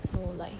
so like